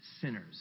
sinners